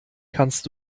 kannst